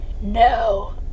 no